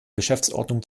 geschäftsordnung